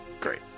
great